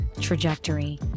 trajectory